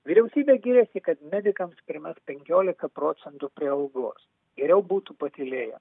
vyriausybė giriasi kad medikams skiriamas penkiolika procentų prie algos geriau būtų patylėję